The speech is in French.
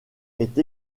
est